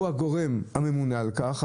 הוא הגורם הניהולי הממונה על כך.